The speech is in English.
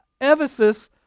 Ephesus